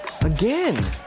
Again